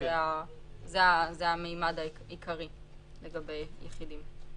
זה המימד העיקרי לגבי יחידים.